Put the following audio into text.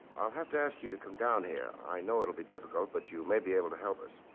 i'll have to ask you to come down here. i know it'll be difficult but you may be able to help us.